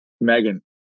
Megan